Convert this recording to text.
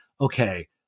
okay